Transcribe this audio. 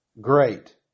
great